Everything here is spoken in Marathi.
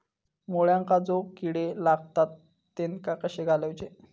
मुळ्यांका जो किडे लागतात तेनका कशे घालवचे?